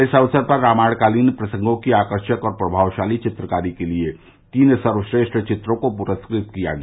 इस अवसर पर रामायणकालीन प्रसंगों की आकर्षक और प्रमावशाली चित्रकारी के लिए तीन सर्वश्रेष्ठ वित्रों को पुरस्कृत किया गया